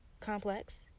complex